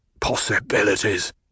Possibilities